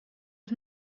was